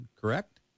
Correct